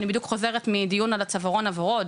אני בדיוק חוזרת מדיון על הצווארון הוורוד,